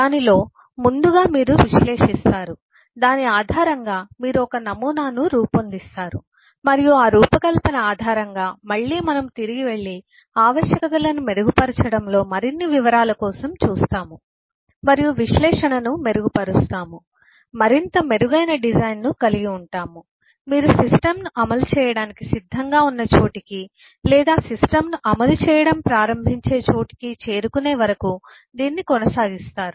దానిలో ముందుగా మీరు విశ్లేషిస్తారు దాని ఆధారంగా మీరు ఒక నమూనాను రూపొందిస్తారు మరియు ఆ రూపకల్పన ఆధారంగా మళ్ళీ మనము తిరిగి వెళ్లి ఆవశ్యకతలను మెరుగుపరచడంలో మరిన్ని వివరాల కోసం చూస్తాము మరియు విశ్లేషణను మెరుగుపరుస్తాము మరింత మెరుగైన డిజైన్ను కలిగి ఉంటాము మీరు సిస్టమ్ను అమలు చేయడానికి సిద్ధంగా ఉన్న చోటికి లేదా సిస్టమ్ను అమలు చేయడం ప్రారంభించే చోటికి చేరుకునే వరకు దీన్ని కొనసాగిస్తారు